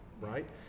right